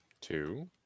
Two